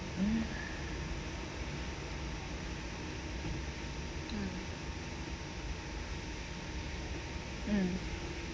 um mm